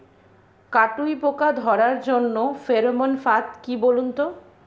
কাটুই পোকা ধরার জন্য ফেরোমন ফাদ কি বলুন তো?